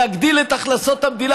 להגדיל את הכנסות המדינה,